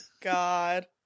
god